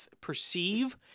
perceive